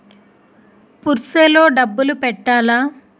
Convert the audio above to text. Purse లో డబ్బులు పెట్టలా?